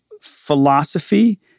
philosophy